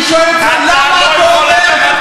תקשיב לדברים.